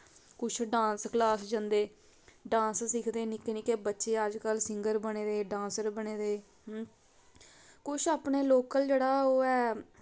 कुछ dance class जंदे dance सिखदे निक्के निक्के बच्चे अजकल सिंगर बने दे डान्सर बने दे कुछ अपने लोकल जेह्ड़ा ओह् ऐ